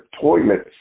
toilets